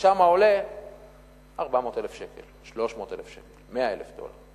ושם עולה 400,000 שקל, 300,000 שקל, 100,000 דולר.